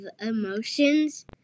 emotions